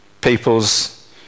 people's